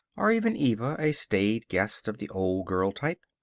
or even eva a staid guest of the old-girl type.